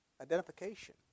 identification